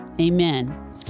Amen